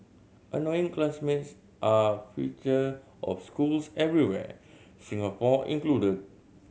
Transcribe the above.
annoying classmates are feature of schools everywhere Singapore included